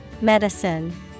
Medicine